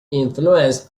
influenced